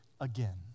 again